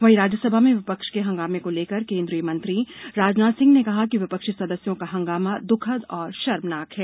वहीं राज्य सभा में विपक्ष के हंगामे को लेकर केन्द्रीय मंत्री राजनाथ सिंह ने कहा है कि विपक्षी सदस्यों का हंगामा द्रखद और शर्मनाक है